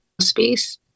space